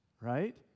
right